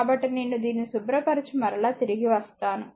కాబట్టి నేను దీన్ని శుభ్రపరచి మరలా తిరిగి వస్తాను